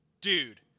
Dude